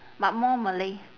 but more malay